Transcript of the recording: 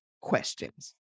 questions